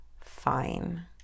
fine